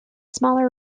smaller